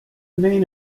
main